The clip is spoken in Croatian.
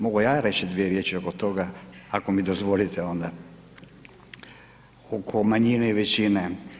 Mogu ja reći dvije riječi oko toga ako mi dozvolite onda, oko manjine i većine.